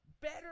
better